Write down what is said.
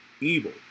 evil